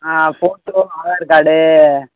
ah photo Aadhaar card